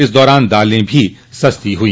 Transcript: इस दौरान दालें भी सस्ती हुई